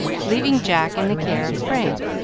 leaving jack in the care of frank,